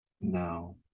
No